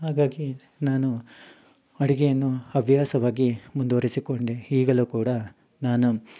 ಹಾಗಾಗಿ ನಾನು ಅಡುಗೆಯನ್ನು ಹವ್ಯಾಸವಾಗಿ ಮುಂದುವರೆಸಿಕೊಂಡೆ ಈಗಲೂ ಕೂಡ ನಾನು